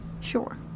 Sure